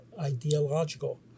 ideological